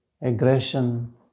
aggression